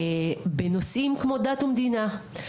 בנושאים כמו דת ומדינה,